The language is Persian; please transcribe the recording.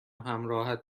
همراهت